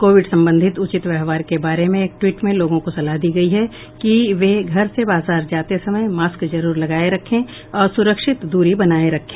Covid संबंधित उचित व्यवहार के बारे में एक ट्वीट में लोगों को सलाह दी गई है कि वे घर से बाजार जाते समय मास्क जरूर लगाए रखें और सुरक्षित दूरी बनाए रखें